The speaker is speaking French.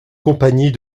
compagnie